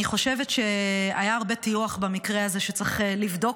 אני חושבת שהיה הרבה טיוח במקרה הזה שצריך לבדוק